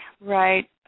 Right